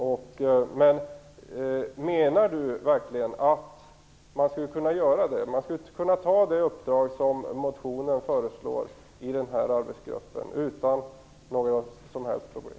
Menar Kurt Ove Johansson verkligen att det här skulle vara möjligt för arbetsgruppen att göra, att man utan några som helst problem skulle kunna ta på sig det uppdrag som föreslås i motionen?